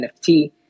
NFT